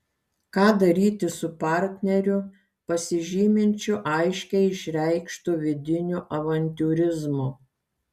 ką daryti su partneriu pasižyminčiu aiškiai išreikštu vidiniu avantiūrizmu